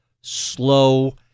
slow